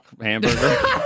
hamburger